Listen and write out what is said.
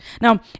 Now